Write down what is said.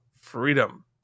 freedom